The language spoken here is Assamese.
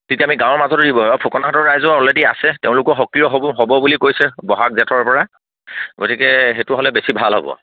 তেতিয়া আমি গাঁৱৰ মাজত দিব ফুকনা চাটৰ ৰাইজেও অলৰেডি আছে তেওঁলোকো সক্ৰিয় হ'ব বুলি কৈছে ব'হাগ জেঠৰ পৰা গতিকে সেইটো হ'লে বেছি ভাল হ'ব